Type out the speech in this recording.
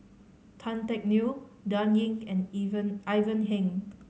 Tan Teck Neo Dan Ying and Ivan Heng